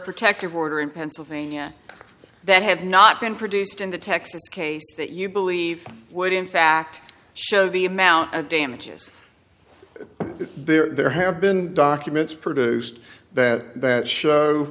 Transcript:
protective order in pennsylvania that have not been produced in the texas case that you believe would in fact show the amount of damages that there have been documents produced that that show